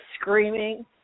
screaming